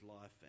life